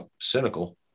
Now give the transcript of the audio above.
cynical